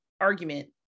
argument